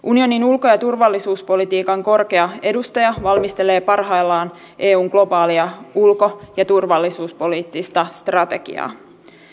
unionin ulko ja turvallisuuspolitiikan korkea edustaja valmistelee parhaillaan eun globaalia ulko ja turvallisuuspoliittista strategiaa